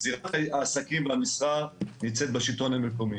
העסקים והמסחר נמצאת בשלטון המקומי.